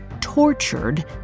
tortured